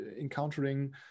encountering